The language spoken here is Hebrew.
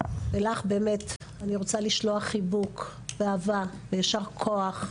ולך, באמת, אני רוצה לשלוח חיבוק ואהבה ויישר כוח.